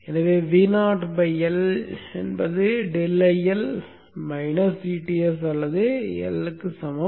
எனவே VoL ஆனது ∆IL ஒரு கழித்தல் dTs அல்லது L சமன்